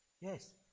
Yes